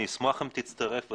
אני אשמח אם תצטרף ותחתום,